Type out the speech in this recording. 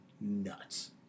nuts